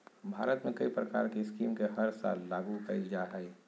भारत में कई प्रकार के स्कीम के हर साल लागू कईल जा हइ